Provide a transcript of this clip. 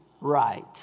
right